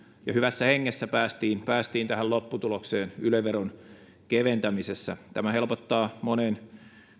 ja hyvässä hengessä päästiin päästiin tähän lopputulokseen yle veron keventämisessä tämä helpottaa monen